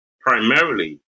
primarily